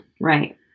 Right